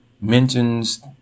mentions